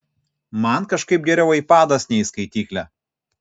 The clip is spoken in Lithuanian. man kažkaip geriau aipadas nei skaityklė